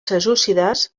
seljúcides